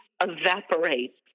evaporate